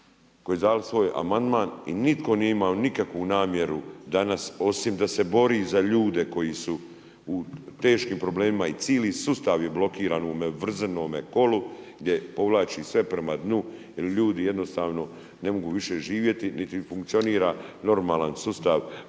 koji su dali svoj amandman i nitko nije imao nikakvu namjeru danas osim da se bori za ljude koji su u teškim problemima i cijeli sustav je blokiran u onome vrzinome kolu gdje povlači sve prema dnu jer ljudi jednostavno ne mogu više živjeti niti funkcionira normalan sustav